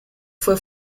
fue